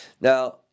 Now